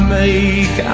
make